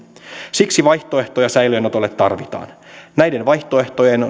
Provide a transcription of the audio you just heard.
siksi vaihtoehtoja säilöönotolle tarvitaan niiden vaihtoehtojen